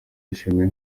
yashimiye